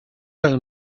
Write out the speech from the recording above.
own